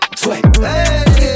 sweat